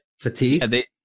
Fatigue